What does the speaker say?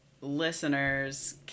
listeners